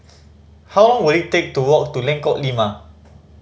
how long will it take to walk to Lengkok Lima